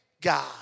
God